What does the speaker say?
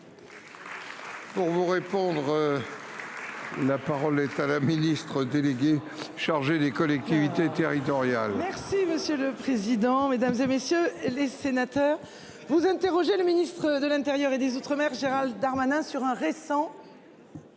Pour vous répondre. La parole est à la ministre. Délégué chargé des collectivités territoriales. Merci monsieur le président, Mesdames, et messieurs les sénateurs, vous interroger le ministre de l'Intérieur et des Outre-mer Gérald. Darmanin sur un récent.